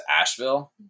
Asheville